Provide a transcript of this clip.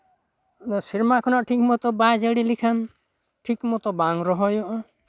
ᱥᱮᱨᱢᱟ ᱠᱷᱚᱱᱟᱜ ᱴᱷᱤᱠ ᱢᱚᱛᱳ ᱵᱟᱭ ᱡᱟᱹᱲᱤ ᱞᱮᱠᱷᱟᱱ ᱴᱷᱤᱠ ᱢᱚᱛᱳ ᱵᱟᱝ ᱨᱚᱦᱚᱭᱚᱜᱼᱟ